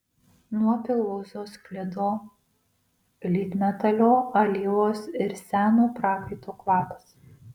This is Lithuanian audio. nuo pilvūzo sklido lydmetalio alyvos ir seno prakaito kvapas